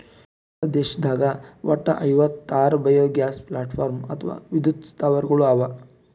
ಭಾರತ ದೇಶದಾಗ್ ವಟ್ಟ್ ಐವತ್ತಾರ್ ಬಯೊಗ್ಯಾಸ್ ಪವರ್ಪ್ಲಾಂಟ್ ಅಥವಾ ವಿದ್ಯುತ್ ಸ್ಥಾವರಗಳ್ ಅವಾ